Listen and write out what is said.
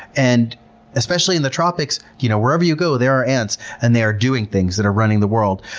and especially in the tropics, you know wherever you go, there are ants and they are doing things that are running the world.